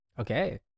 Okay